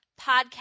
Podcast